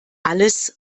alles